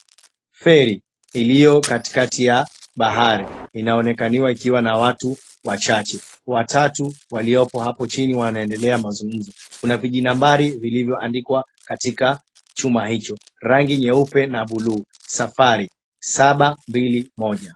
Feri iliyo katikati ya bahari inaonekaniwa ikiwa na watu wachache, watatu waliopo hapo chini wanaendelea mazungumzo kuna vijinambari vilivyoandikwa katika chuma hicho. Rangi nyeupe na bulu sufuri saba mbili moja.